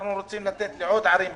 אנחנו רוצים לתת לעוד ערים בצפון,